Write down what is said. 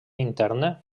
interna